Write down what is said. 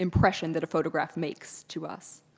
impression that a photograph makes to us.